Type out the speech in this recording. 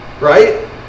right